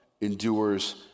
endures